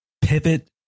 pivot